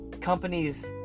Companies